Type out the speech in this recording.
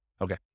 okay